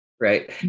Right